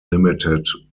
limited